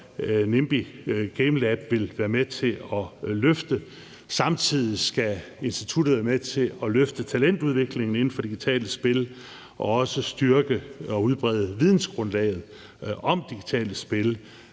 Nimbi Gamelab vil være med til at løfte. Samtidig skal instituttet være med til at løfte talentudviklingen inden for digitale spil og også styrke og udbrede vidensgrundlaget for digitale spil